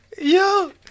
yo